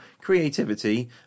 creativity